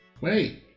Wait